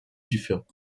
différents